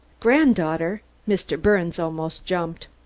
granddaughter! mr. birnes almost jumped.